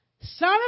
son